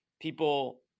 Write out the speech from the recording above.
people